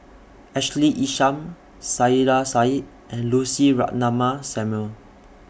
Ashley Isham Saiedah Said and Lucy Ratnammah Samuel